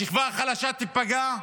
השכבה החלשה תיפגע,